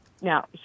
Now